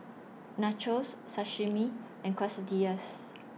Nachos Sashimi and Quesadillas